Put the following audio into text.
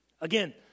again